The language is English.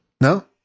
No